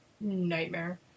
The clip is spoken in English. nightmare